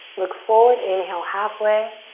look forward, inhale half way.